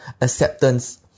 acceptance